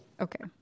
Okay